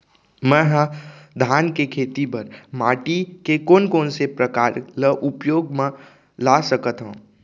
मै ह धान के खेती बर माटी के कोन कोन से प्रकार ला उपयोग मा ला सकत हव?